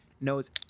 knows